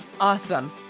Awesome